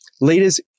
leaders